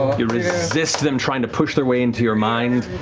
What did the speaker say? you resist them trying to push their way into your mind.